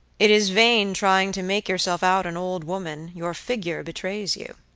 it is vain trying to make yourself out an old woman your figure betrays you